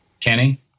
Kenny